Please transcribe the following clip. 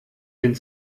den